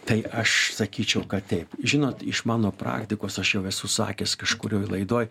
tai aš sakyčiau kad taip žinot iš mano praktikos aš jau esu sakęs kažkurioj laidoj